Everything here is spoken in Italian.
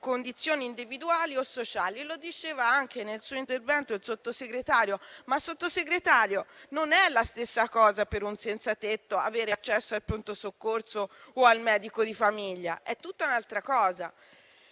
condizioni individuali o sociali. Lo diceva nel suo intervento il sottosegretario Gemmato. Però, signor Sottosegretario, non è la stessa cosa per un senzatetto avere accesso al Pronto soccorso o al medico di famiglia. È tutta un'altra cosa.